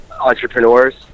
entrepreneurs